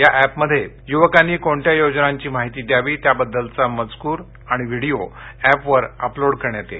या एपमध्ये युवकासी कोणत्या योजनासी माहिती द्यावी याबाबतचा मजकूर व्हिडिओ अॅपवर अपलोड करण्यात येईल